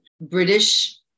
british